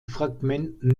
fragmenten